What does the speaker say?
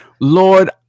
lord